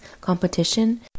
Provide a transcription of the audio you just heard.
competition